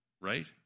right